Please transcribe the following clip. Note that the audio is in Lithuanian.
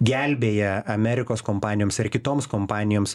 gelbėja amerikos kompanijoms ar kitoms kompanijoms